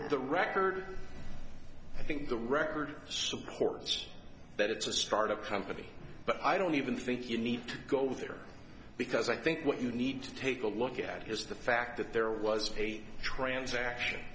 record i think the record supports that it's a start up company but i don't even think you need to go there because i think what you need to take a look at is the fact that there was a transaction